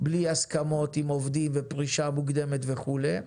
בלי הסכמות עם עובדים ופרישה מוקדמת וכולי,